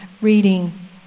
reading